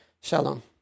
Shalom